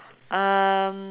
um